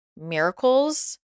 miracles